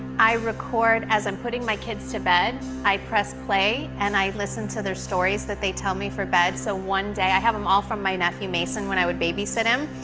i record, as i'm putting my kids to bed, i press play, and i listen to their stories that they tell me for bed. so one day i have them all from my nephew mason when i would babysit him.